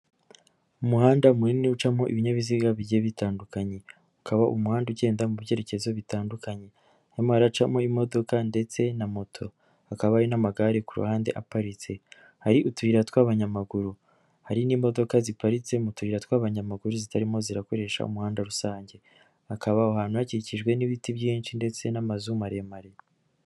Umuhanda munini ucamo ibinyabiziga bigiye bitandukanye ukaba umuhanda ugenda mu byerekezo bitandukanye, harimo haracamo imodoka ndetse na moto hakaba ari n'amagare ku ruhande aparitse. Hari utuyira tw'abanyamaguru hari n'imodoka ziparitse mu tuyira tw'abanyamaguru zitarimo zirakoresha umuhanda rusange, hakaba aho hantu hakikijwe n'ibiti byinshi ndetse n'amazu maremare.